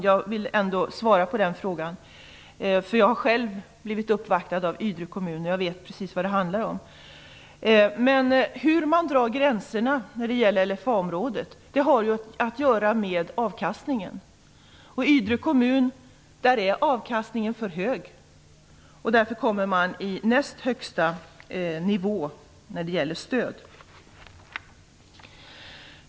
Jag har själv blivit uppvaktad av Ydre kommun och vet precis vad det handlar om. Hur man drar gränserna när det gäller LFA-område har att göra med avkastningen. I Ydre kommun är avkastningen för hög, och därför kommer den på den näst högsta nivån när det gäller stöd.